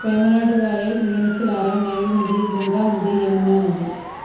വേമ്പനാട്ടു കായൽ മീനച്ചിൽ ആറ് നൈൽ നദി ഗംഗ നദി യമുന നദി